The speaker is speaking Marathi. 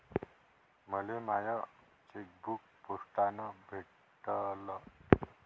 मले माय चेकबुक पोस्टानं भेटल